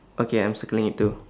okay I'm circling it too